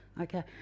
okay